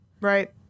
Right